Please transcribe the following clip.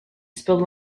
spilled